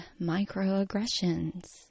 microaggressions